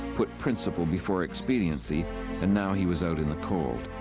put principle before expediency and now he was out in the cold.